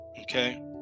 Okay